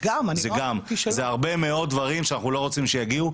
זה הרבה מאוד דברים שאנחנו לא רוצים שיגיעו.